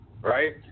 right